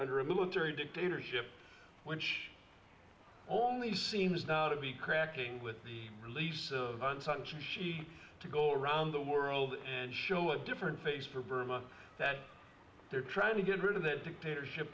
under a military dictatorship wench only seems now to be cracking with the release of such she to go around the world and show a different face for burma that they're trying to get rid of that dictatorship